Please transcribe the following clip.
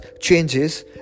changes